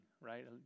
right